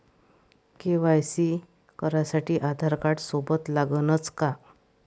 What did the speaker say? KYC करासाठी आधारकार्ड सोबत लागनच का?